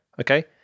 okay